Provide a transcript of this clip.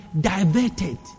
diverted